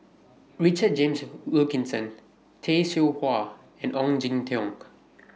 Richard James Wilkinson Tay Seow Huah and Ong Jin Teong